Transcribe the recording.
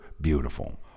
beautiful